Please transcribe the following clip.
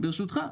ברשותך,